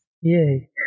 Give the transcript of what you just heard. Yay